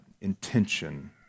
intention